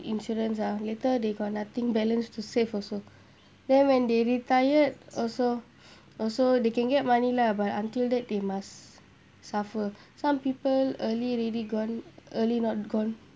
insurance ah later they got nothing balance to save also then when they retired also also they can get money lah but until that they must suffer some people early really gone early not gone